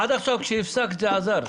עד עכשיו כשהפסקת לדבר זה עזר.